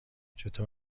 چطور